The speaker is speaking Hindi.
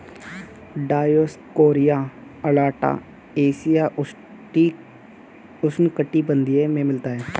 डायोस्कोरिया अलाटा एशियाई उष्णकटिबंधीय में मिलता है